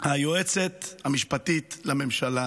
היועצת המשפטית לממשלה